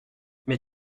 mais